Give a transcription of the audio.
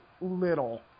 little